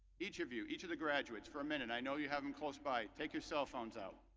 each of you, each of the graduates, for a minute, i know you have them close by, take your cellphones out.